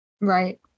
Right